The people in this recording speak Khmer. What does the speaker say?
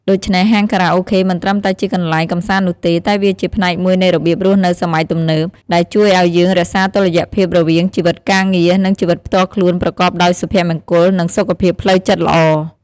ដូច្នេះ ហាងខារ៉ាអូខេមិនត្រឹមតែជាកន្លែងកម្សាន្តនោះទេ តែវាជាផ្នែកមួយនៃរបៀបរស់នៅសម័យទំនើប ដែលជួយឲ្យយើងរក្សាតុល្យភាពរវាងជីវិតការងារ និងជីវិតផ្ទាល់ខ្លួនប្រកបដោយសុភមង្គល និងសុខភាពផ្លូវចិត្តល្អ។